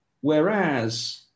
Whereas